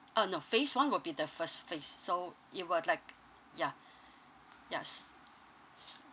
uh no phase one will be the first phase so it will like ya yes